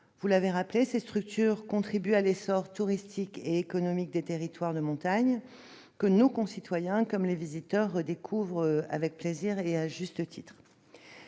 Vous l'avez rappelé, ces structures contribuent à l'essor touristique et économique des territoires de montagne que nos concitoyens, comme les visiteurs, redécouvrent, à juste titre,